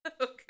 Okay